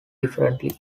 differently